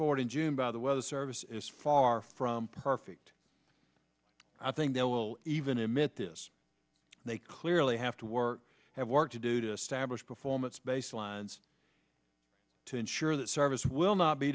forward in june by the weather service is far from perfect i think they will even admit this they clearly have to work have work to do to establish performance based lines to ensure that service will not be